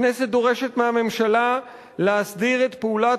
הכנסת דורשת מהממשלה להסדיר את פעולת